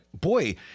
boy